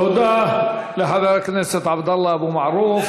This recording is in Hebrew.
תודה לחבר הכנסת עבדאללה אבו מערוף.